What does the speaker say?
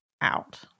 out